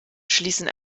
schließen